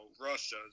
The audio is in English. russia